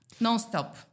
nonstop